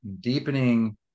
deepening